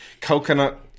coconut